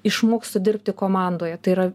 išmokstu dirbti komandoje tai yra